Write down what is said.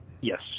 Yes